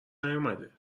نیومده